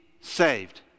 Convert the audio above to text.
saved